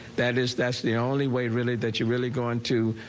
that is that's the only way really that you really going to